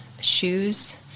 shoes